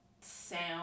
Sound